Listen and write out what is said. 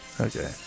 Okay